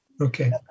Okay